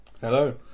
Hello